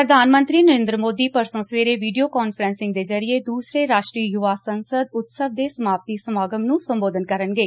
ਪ੍ਧਾਨ ਮੰਤਰੀ ਨਰੇਂਦਰ ਮੋਦੀ ਪਰਸੋਂ ਸਵੇਰੇ ਵੀਡੀਓ ਕਾਨਫਰੈਂਸਿੰਗ ਦੇ ਜ਼ਰੀਏ ਦੁਸਰੇ ਯੁਵਾ ਸੰਸਦ ਉਤਸਵ ਦੇ ਸਮਾਪਤੀ ਸਮਾਗਮ ਨੁੰ ਸੰਬੋਧਨ ਕਰਨਗੇ